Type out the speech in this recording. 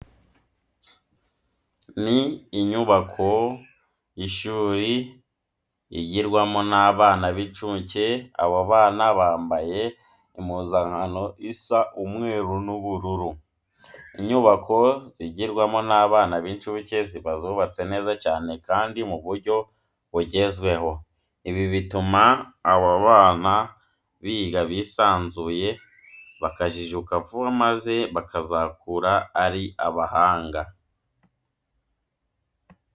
Ni inyubako y'ishuri yigirwamo n'abana b'incuke, abo bana bambaye impuzankano isa umweru n'ubururu. Inyubako zigirwamo n'abana b'incuke ziba zubatse neza cyane kandi mu buryo bugezweho. Ibi bituma aba bana biga bisanzuye, bakajijuka vuba maze bakazakura ari abahanga.